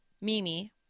Mimi